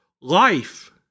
life